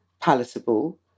palatable